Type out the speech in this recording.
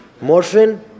Morphine